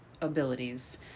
abilities